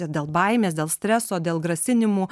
dėl baimės dėl streso dėl grasinimų